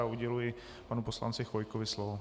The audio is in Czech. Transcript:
Uděluji panu poslanci Chvojkovi slovo.